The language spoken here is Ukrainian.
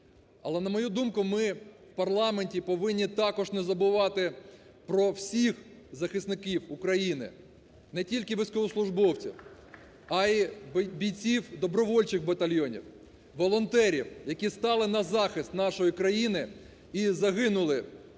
Але, на мою думку, ми в парламенті повинні також не забувати про всіх захисників України. Не тільки військовослужбовців, а і бійців добровольчих батальйонів, волонтерів, які стали на захист нашої країни і загинули,